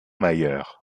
mayer